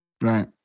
Right